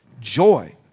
joy